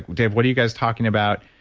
dave, what are you guys talking about?